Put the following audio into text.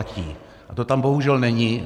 A to tam bohužel není.